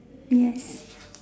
yes